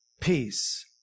peace